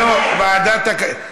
לא, רגע, ועדת הכנסת.